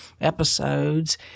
episodes